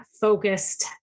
focused